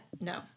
No